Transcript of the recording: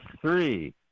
three